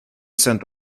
sent